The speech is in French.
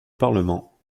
parlement